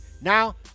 now